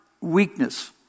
weakness